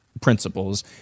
principles